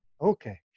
Okay